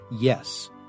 yes